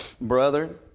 brother